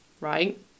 right